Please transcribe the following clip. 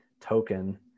token